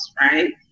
right